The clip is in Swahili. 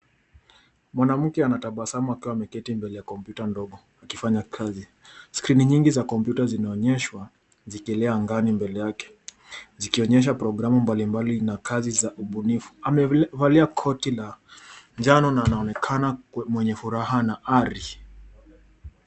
Mwanamke anatabasamu akiwa ameketi mbele ya kompyuta ndogo akifanya kazi. Skrini nyingi za kompyuta zinaonyeshwa, zikielea angani mbele yake, zikionyesha programu mbalimbali na kazi za ubunifu. Amevalia koti la njano na anaonekana mwenye furaha na ari.